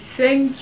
thank